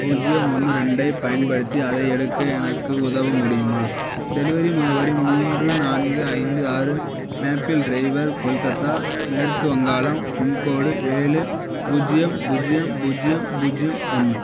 பூஜியம் ஒன்று ரெண்டைப் பயன்படுத்தி அதை எடுக்க எனக்கு உதவ முடியுமா டெலிவரி முகவரி மூன்று நான்கு ஐந்து ஆறு மேப்பிள் ட்ரைவர் கொல்கத்தா மேற்கு வங்காளம் பின்கோடு ஏழு பூஜ்ஜியம் பூஜ்ஜியம் பூஜ்ஜியம் பூஜ்ஜியம் ஒன்று